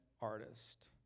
artist